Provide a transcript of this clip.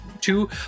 two